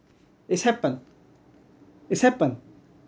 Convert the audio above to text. it's happened it's happened